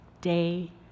day